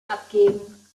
abgeben